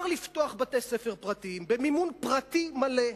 מותר לפתוח בתי-ספר פרטיים במימון פרטי מלא.